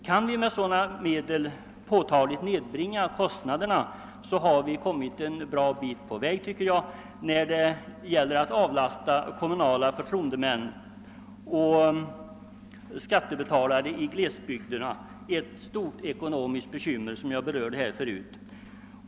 Kan vi med sådana medel påtagligt ned bringa kostnaderna, har vi kommit en god bit på väg när det gäller att avlasta kommunala förtroendemän och skattebetalare i glesbygderna ett stort ekonomiskt bekymmer, vilket jag förut har berört.